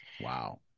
Wow